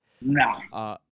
No